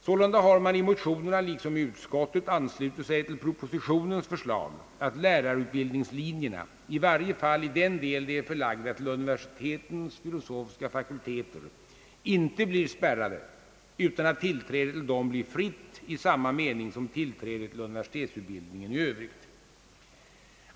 Sålunda har man i motionerna liksom i utskottet anslutit sig till propositionens förslag att lärarutbildningslinjerna, i varje fall i den mån de är förlagda till universitetens filosofiska fakulteter, inte blir spärrade, utan att tillträdet till dem blir fritt i samma mening som tillträdet till universitetsutbildningen i övrigt.